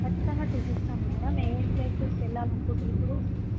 ఖచ్చితంగా చూపిస్తాము మ్యాడమ్ ఏయే ప్లేసెస్కి వెళ్ళాలి అనుకుంటుర్రు ఇప్పుడు